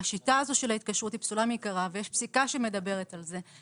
השיטה הזו של ההתקשרות היא פסולה מעיקרה ויש פסיקה שמדברת על זה.